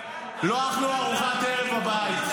לא אכלו ארוחת ערב בבית.